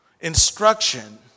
Instruction